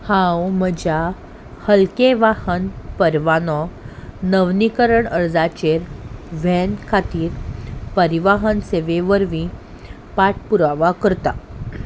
हांव म्हज्या हलकें वाहन परवानो नविनीकरण अर्जाचेर वॅन खातीर परिवाहन सेवे वरवीं पाटपुरावा करतां